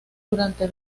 durante